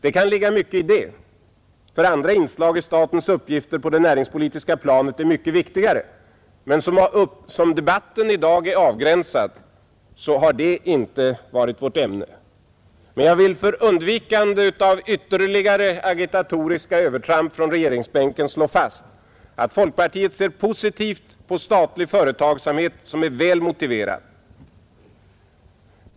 Det kan ligga mycket i detta, ty andra inslag i statens uppgifter på det näringspolitiska planet är mycket viktigare, men som debatten i dag är avgränsad har det inte varit vårt ämne. Jag vill dock för undvikande av ytterligare agitatoriska övertramp från regeringsbänken slå fast att folkpartiet ser positivt på statlig verksamhet som är väl motiverad.